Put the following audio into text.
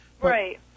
Right